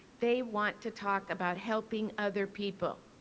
they want to talk about helping other people.